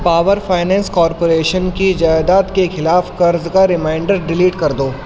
power finance corporation کی جائیداد کے خلاف قرض کا ریمائینڈر ڈیلیٹ کر دو